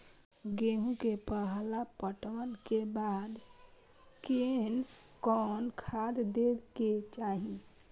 गेहूं के पहला पटवन के बाद कोन कौन खाद दे के चाहिए?